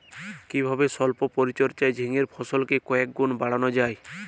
কিভাবে সল্প পরিচর্যায় ঝিঙ্গের ফলন কয়েক গুণ বাড়ানো যায়?